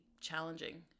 challenging